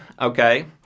Okay